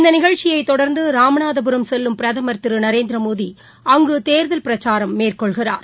இந்தநிகழ்ச்சியைத் தொடர்ந்தராமநாதபுரம் செல்லும் பிரதமர் திருநரேந்திரமோடிஅங்குதேர்தல் பிரச்சாரம் மேற்கொள்கிறார்